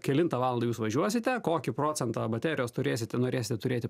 kelintą valandą jūs važiuosite kokį procentą baterijos turėsite norėsite turėti